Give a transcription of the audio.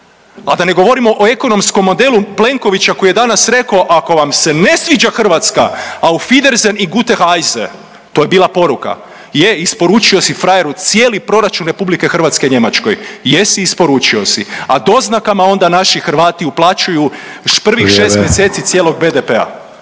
A da ne govorimo o ekonomskom modelu Plenkovića koji je danas reko ako vam se ne sviđa Hrvatska auf wiedersehen i gute reise to je bila poruka. Je isporučio si frajeru cijeli proračun RH Njemačkoj, jesi isporučio si, a doznakama onda naši Hrvati uplaćuju prvih šest mjeseci …/Upadica